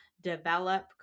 develop